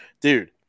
dude